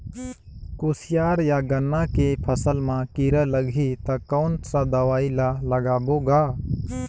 कोशियार या गन्ना के फसल मा कीरा लगही ता कौन सा दवाई ला लगाबो गा?